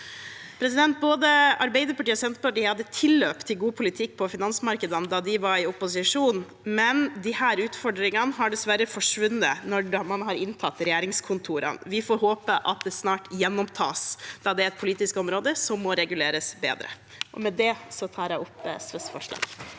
Både Arbeiderpartiet og Senterpartiet hadde tilløp til god politikk for finansmarkedene da de var i opposisjon, men disse utfordringene har dessverre forsvunnet når man har inntatt regjeringskontorene. Vi får håpe at det snart gjenopptas, da det er et politisk område som må reguleres bedre. Sveinung Rotevatn